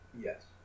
Yes